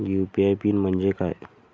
UPI PIN म्हणजे काय?